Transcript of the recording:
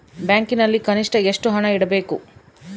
ಬ್ಯಾಂಕಿನಲ್ಲಿ ಕನಿಷ್ಟ ಎಷ್ಟು ಹಣ ಇಡಬೇಕು?